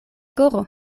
koro